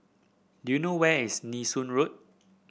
do you know where is Nee Soon Road